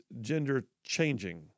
gender-changing